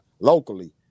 locally